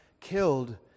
killed